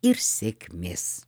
ir sėkmės